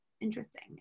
interesting